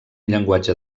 llenguatge